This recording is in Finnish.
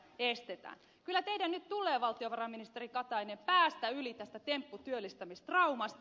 kyllä teidän nyt tulee valtiovarainministeri katainen päästä yli tästä tempputyöllistämis traumasta